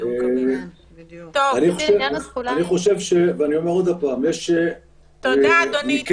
אני חושב ואני אומר עוד פעם --- תודה, אדוני.